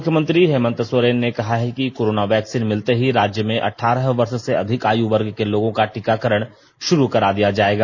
मुख्यमंत्री हेमंत सोरेन ने कहा है कि कोरोना वैक्सीन मिलते ही राज्य में अठारह वर्ष से अधिक आयु वर्ग के लोगों का टीकाकरण शुरू करा दिया जाएगा